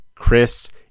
Chris